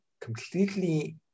completely